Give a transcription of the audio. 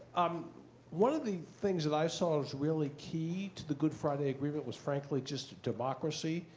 one of the things that i saw as really key to the good friday agreement, was frankly just democracy,